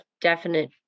definite